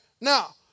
Now